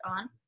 on